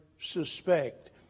suspect